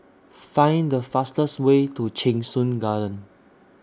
Find The fastest Way to Cheng Soon Garden